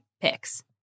picks